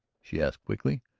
she asked quickly.